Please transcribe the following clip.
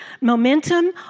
momentum